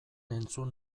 entzun